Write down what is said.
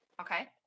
Okay